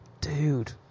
Dude